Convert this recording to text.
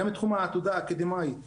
גם בתחום העתודה האקדמאית,